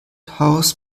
house